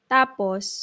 Tapos